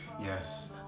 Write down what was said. yes